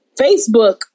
Facebook